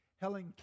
Helen